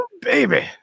Baby